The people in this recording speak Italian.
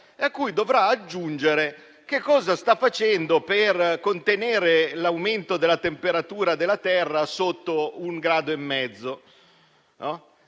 a cui dovrà aggiungere che cosa sta facendo per contenere l'aumento della temperatura della terra sotto gli 1,5 gradi.